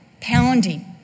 pounding